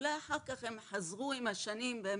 אולי אחר כך הם חזרו, עם השנים, באמת,